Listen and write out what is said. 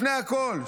לפני הכול,